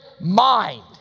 mind